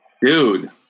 Dude